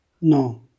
No